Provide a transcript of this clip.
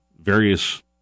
various